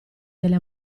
delle